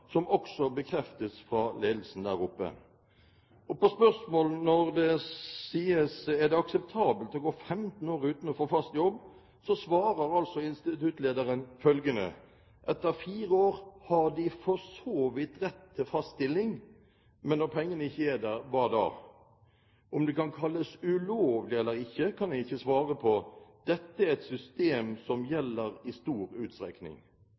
som også bekreftes fra ledelsen der oppe. På spørsmålet om det er akseptabelt å gå 15 år uten å få fast jobb, svarer instituttlederen følgende: Etter fire år har de for så vidt rett til fast stilling, men når pengene ikke er der, hva da? Om det kan kalles ulovlig eller ikke, kan jeg ikke svare på. Dette er et system som gjelder i stor utstrekning.